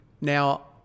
now